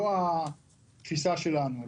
זו התפיסה שלנו.